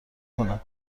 کنند